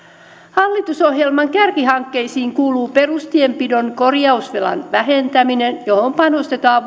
hallitusohjelman kärkihankkeisiin kuuluu perustienpidon korjausvelan vähentäminen johon panostetaan